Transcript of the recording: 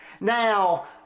Now